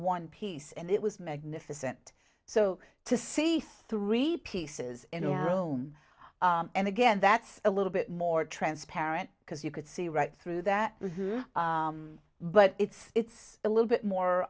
one piece and it was magnificent so to see three pieces in a room and again that's a little bit more transparent because you could see right through that but it's a little bit more